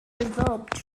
developed